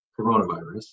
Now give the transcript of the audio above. coronavirus